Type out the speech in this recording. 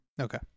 Okay